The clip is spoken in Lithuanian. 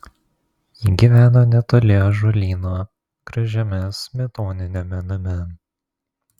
ji gyveno netoli ąžuolyno gražiame smetoniniame name